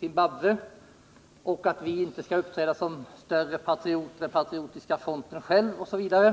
Zimbabwe. Han säger också att vi inte skall uppträda som större patrioter än Patriotiska fronten själv, osv.